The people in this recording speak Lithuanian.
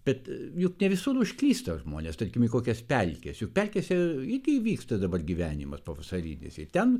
bet juk ne visur užklysta žmonės tarkim į kokias pelkes juk pelkėse irgi vyksta dabar gyvenimas pavasarinis ir ten ten